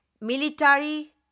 military